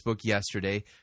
yesterday